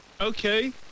Okay